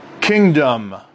kingdom